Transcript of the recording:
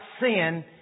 sin